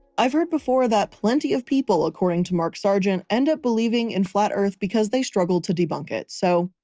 i've heard before that plenty of people, according to mark sargent end up believing in flat earth because they struggled to debunk it. so,